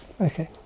okay